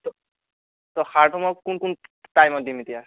ত' সাৰটো মই কোন কোন টাইমত দিম এতিয়া